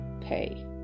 pay